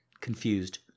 Confused